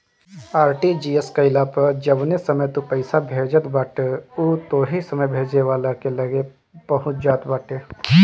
RTGS कईला पअ जवने समय तू पईसा भेजत बाटअ उ ओही समय भेजे वाला के लगे पहुंच जात बाटे